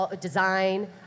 design